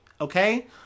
okay